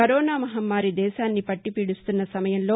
corona మహమ్మారీ దేశాన్ని పట్టిపీడిస్తున్న సమయంలో